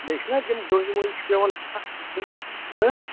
بیٚیہِ چھُنا تِم ڈوٗنۍ ووٗنۍ چھِ پٮ۪وان